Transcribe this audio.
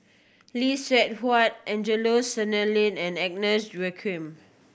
Lee Seng Huat Angelo Sanelli and Agnes Joaquim